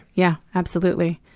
yeah, absolutely.